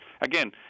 again